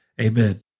Amen